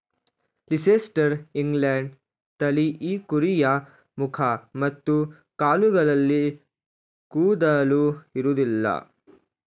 Leicester England ತಳಿ ಈ ಕುರಿಯ ಮುಖ ಮತ್ತು ಕಾಲುಗಳಲ್ಲಿ ಕೂದಲು ಇರೋದಿಲ್ಲ